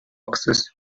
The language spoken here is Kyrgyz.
акысыз